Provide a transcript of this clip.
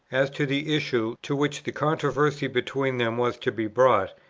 as to the issue, to which the controversy between them was to be brought,